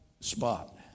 spot